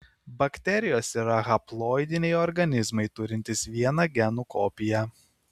bakterijos yra haploidiniai organizmai turintys vieną genų kopiją